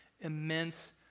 immense